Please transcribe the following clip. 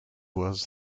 was